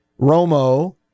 Romo